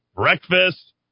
Breakfast